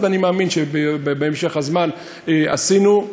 ובמשך הזמן עשינו,